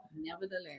Nevertheless